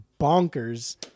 bonkers